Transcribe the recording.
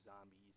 Zombies